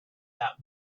that